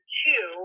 two